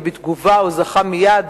ובתגובה הוא זכה מייד